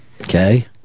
Okay